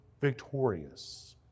victorious